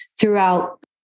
throughout